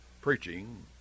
preaching